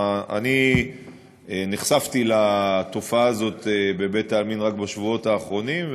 אני נחשפתי לתופעה הזאת בבית-העלמין רק בשבועות האחרונים,